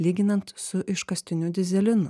lyginant su iškastiniu dyzelinu